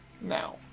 now